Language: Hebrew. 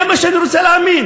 זה מה שאני רוצה להאמין.